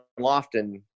Lofton